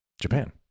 Japan